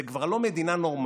זו כבר לא מדינה נורמטיבית,